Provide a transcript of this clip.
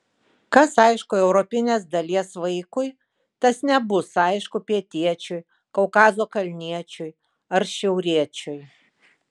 kas aišku europinės dalies vaikui tas nebus aišku pietiečiui kaukazo kalniečiui ar šiauriečiui